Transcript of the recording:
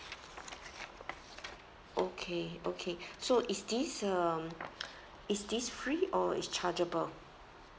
okay okay so is this um is this free or it's chargeable